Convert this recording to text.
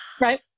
right